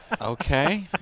Okay